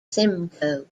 simcoe